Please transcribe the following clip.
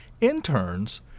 Interns